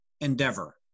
endeavor